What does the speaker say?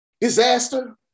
disaster